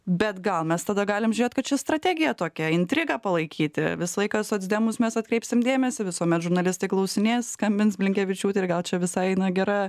bet gal mes tada galim žiūrėt kad ši strategija tokia intrigą palaikyti visą laiką į socdemus mes atkreipsim dėmesį visuomet žurnalistai klausinėja skambins blinkevičiūtei ir gal čia visai na gera